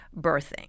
birthing